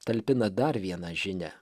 talpina dar vieną žinią